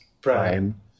Prime